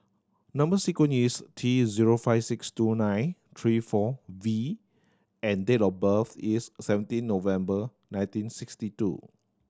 number sequence is T zero five six two nine three four V and date of birth is seventeen November nineteen sixty two